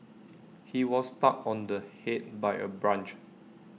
he was struck on the Head by A branch